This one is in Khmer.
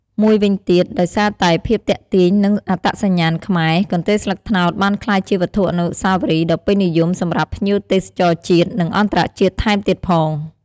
មួយវិញទៀត ដោយសារតែភាពទាក់ទាញ និងអត្តសញ្ញាណខ្មែរ កន្ទេលស្លឹកត្នោតបានក្លាយជាវត្ថុអនុស្សាវរីយ៍ដ៏ពេញនិយមសម្រាប់ភ្ញៀវទេសចរជាតិ និងអន្តរជាតិថែមទៀតផង។